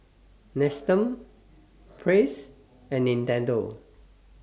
Nestum Praise and Nintendo